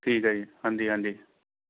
ਠੀਕ ਆ ਜੀ ਹਾਂਜੀ ਹਾਂਜੀ